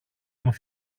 μου